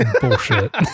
bullshit